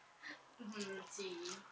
mmhmm